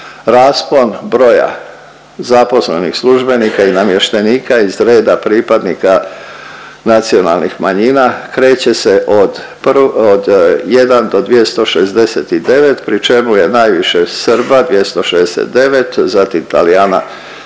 Raspon broja zaposlenih službenika i namještenika iz reda pripadnika nacionalnih manjina kreće se od 1 do 269, pri čemu je najviše Srba, 269, zatim Talijana 73,